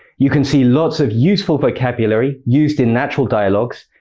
you can see lots of useful vocabulary used in natural dialogues,